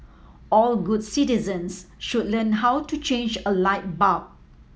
all good citizens should learn how to change a light bulb